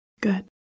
Good